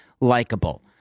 likable